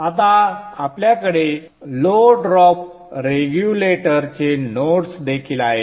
आता आपल्याकडे low drop रेग्युलेटरचे नोड्स देखील आहेत